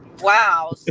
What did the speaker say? Wow